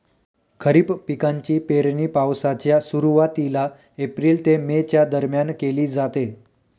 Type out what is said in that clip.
खरीप पिकांची पेरणी पावसाच्या सुरुवातीला एप्रिल ते मे च्या दरम्यान केली जाते